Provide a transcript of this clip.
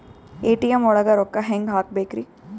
ATM ಒಳಗ್ ರೊಕ್ಕ ಹೆಂಗ್ ಹ್ಹಾಕ್ಬೇಕ್ರಿ?